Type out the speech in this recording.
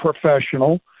professional